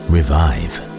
Revive